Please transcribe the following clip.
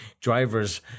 drivers